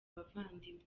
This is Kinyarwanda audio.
abavandimwe